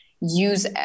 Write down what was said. use